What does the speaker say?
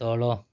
ତଳ